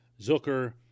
Zucker